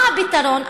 מה הפתרון?